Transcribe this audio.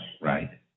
Right